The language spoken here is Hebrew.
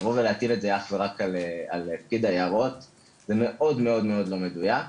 לבוא ולהטיל את זה אך ורק על פקיד היערות זה מאוד מאוד לא מדויק.